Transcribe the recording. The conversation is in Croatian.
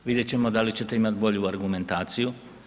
Vidjet ćemo da li ćete imati bolju argumentaciju.